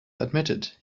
admitted